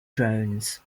drones